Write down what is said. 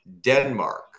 Denmark